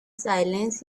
silence